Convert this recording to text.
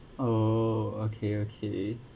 oh okay okay